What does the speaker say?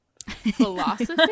philosophy